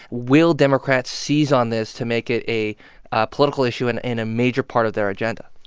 will democrats seize on this to make it a political issue and and a major part of their agenda?